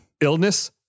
Illness